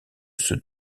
ceux